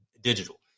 digital